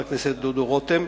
חבר הכנסת דודו רותם,